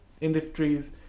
industries